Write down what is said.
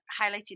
highlighted